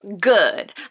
good